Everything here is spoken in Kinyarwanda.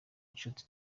nshuti